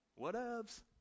Whatevs